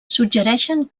suggereixen